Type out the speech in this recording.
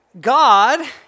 God